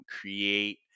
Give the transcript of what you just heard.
create